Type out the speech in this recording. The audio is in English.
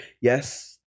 yes